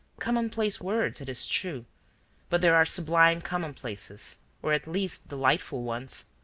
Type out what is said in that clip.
commonplace words, it is true but there are sublime commonplaces or at least, delightful ones.